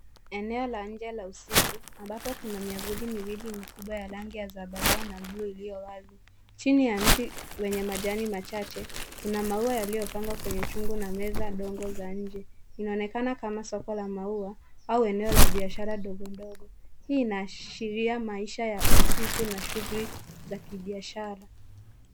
Eneo la nje la usiku ambapo kuna miavuli miwili mikubwa ya rangi ya zambarau na buluu iliyowazi. Chini ya mti wenye majani machache, kuna maua yaliyopangwa kwenye chungu na meza ndogo za nje. Inaonekana kama soko la maua au eneo la biashara ndogo ndogo. Hii inaashiria maisha ya usiku na shughuli za kibiashara.